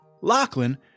Lachlan